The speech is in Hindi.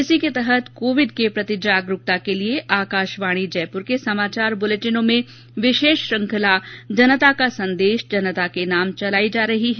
इसी के तहत कोविड के प्रति जागरूकता के लिये आकाशवाणी जयपुर के समाचार बुलेटिनों में विशेष श्रृंखला जनता का संदेश जनता के नाम चलाई जा रही है